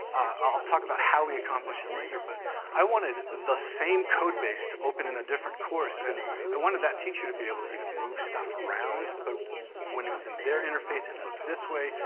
i'll talk about how we accomplished it later, but i wanted the same codebase to open in a different course. and i wanted that teacher to be able to even move stuff around. but when it was in their interface it looked this way,